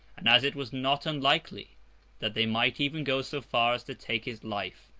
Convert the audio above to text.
and as it was not unlikely that they might even go so far as to take his life,